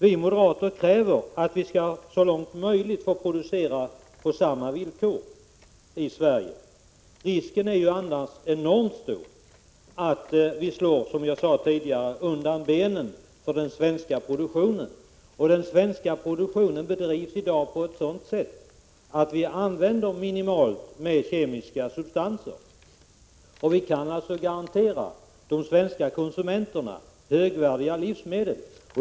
Vi moderater kräver att vi i Sverige så långt möjligt skall få producera på samma villkor som de utländska producenterna. Risken är annars enormt stor för att vi, som jag sade tidigare, slår undan benen på den svenska produktionen. Denna bedrivs i dag med en minimal användning av kemiska substanser. Vi kan alltså garantera de svenska konsumenterna högvärdiga livsmedel.